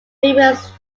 famous